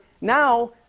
now